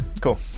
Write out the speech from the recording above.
Cool